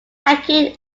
aiken